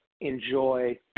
enjoy